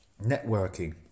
networking